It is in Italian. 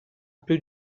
più